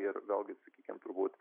ir vėlgi sakykim turbūt